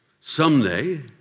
Someday